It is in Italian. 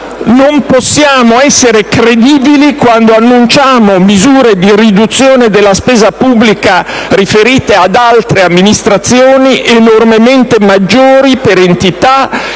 non possiamo essere credibili quando annunciamo misure di riduzione della spesa pubblica, riferite ad altre amministrazioni, enormemente maggiori per entità